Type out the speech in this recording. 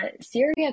Syria